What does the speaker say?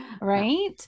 Right